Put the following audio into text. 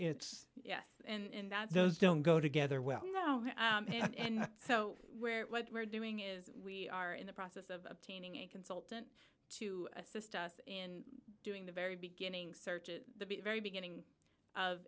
it's yes and that's those don't go together well you know and so where what we're doing is we are in the process of obtaining a consultant to assist us in doing the very beginning searches the very beginning of